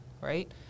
right